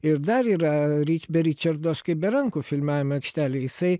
ir dar yra rič be ričardo aš kaip be rankų filmavimo aikštelėj jisai